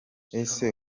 ese